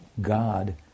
God